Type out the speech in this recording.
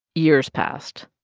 years passed,